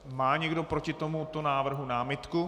Má někdo proti tomuto návrhu námitku?